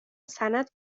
سند